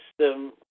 system